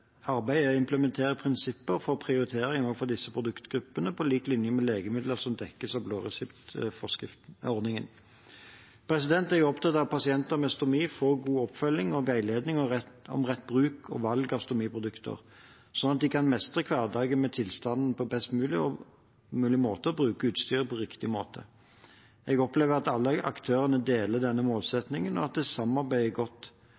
arbeidet er å implementere prinsipper for prioritering også for disse produktgruppene – på lik linje med legemidler som dekkes av blåreseptordningen. Jeg er opptatt av at pasienter med stomi får god oppfølging og veiledning om rett bruk og valg av stomiprodukter, slik at de kan mestre hverdagen med tilstanden best mulig og bruke utstyret på riktig måte. Jeg opplever at alle aktørene deler denne målsettingen, og at de samarbeider godt.